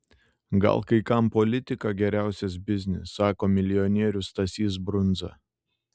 gal kai kam politika geriausias biznis sako milijonierius stasys brundza